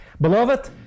Beloved